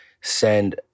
send